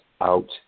out